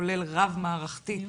כולל רב מערכתי, שנדבר אחד עם השני.